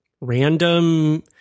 random